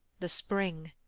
the spring,